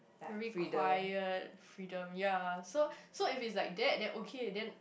very quiet freedom ya so so if he is like that that okay then